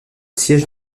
siège